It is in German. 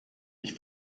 ich